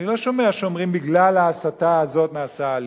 אני לא שומע שאומרים: בגלל ההסתה הזאת נעשה הלינץ'.